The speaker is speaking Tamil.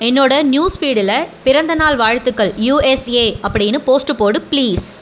என்னோட நியூஸ் ஃபீடில் பிறந்தநாள் வாழ்த்துக்கள் யுஎஸ்ஏ அப்படின்னு போஸ்ட்டு போடு பிளீஸ்